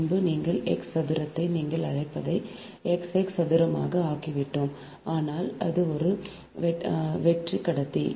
முன்பு நீங்கள் x சதுரத்தை நீங்கள் அழைப்பதை x x சதுரமாக ஆக்கிவிட்டோம் ஆனால் அது ஒரு வெற்று கடத்தி